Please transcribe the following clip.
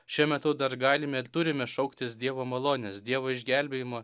šiuo metu dar galime ir turime šauktis dievo malonės dievo išgelbėjimo